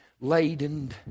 laden